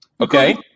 Okay